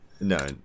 No